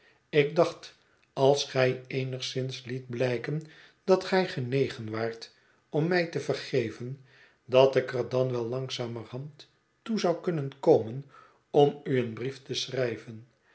ik dacht als gij eenigszins liet blijken dat gij genegen waart om mij te vergeven dat ik er dan wel langzamerhand toe zou kunnen komen om u een brief te schrijven